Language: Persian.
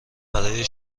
برای